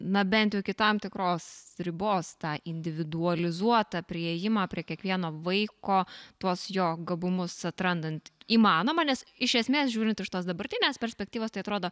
na bent jau iki tam tikros ribos tą individualizuotą priėjimą prie kiekvieno vaiko tuos jo gabumus atrandant įmanoma nes iš esmės žiūrint iš tos dabartinės perspektyvos tai atrodo